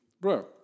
Bro